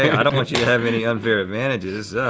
i don't want you to have any unfair advantages.